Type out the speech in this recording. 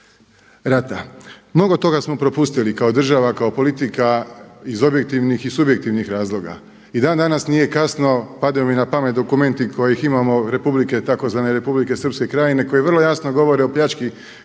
rata. Mnogo toga smo propustili i kao država i kao politika iz objektivnih i subjektivnih razloga. I dan danas nije kasno padaju mi na pamet dokumenti kojih imamo tzv. Republike Srpske Krajine koji vrlo jasno govore o pljački